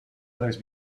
others